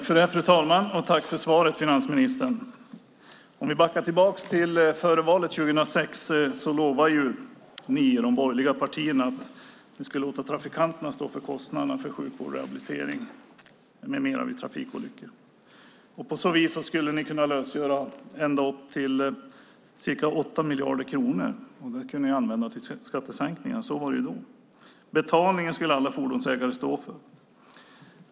Fru talman! Jag tackar finansministern för svaret. För att gå tillbaka till tiden före valet 2006 lovade ni i de borgerliga partierna att låta trafikanterna stå för kostnaderna för sjukvård, rehabilitering med mera vid trafikolyckor. På så vis skulle ni kunna lösgöra ända upp till ca 8 miljarder kronor som ni kunde använda till skattesänkningar. Så var det då. Betalningen skulle alla fordonsägare stå för.